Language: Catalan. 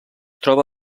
troba